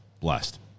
Blessed